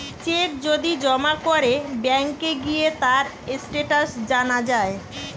check যদি জমা করে ব্যাংকে গিয়ে তার স্টেটাস জানা যায়